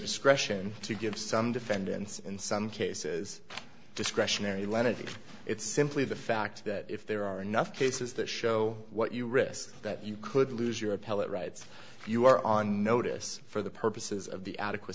discretion to give some defendants in some cases discretionary lenity it's simply the fact that if there are enough cases that show what you risk that you could lose your appellate rights you are on notice for the purposes of the adequa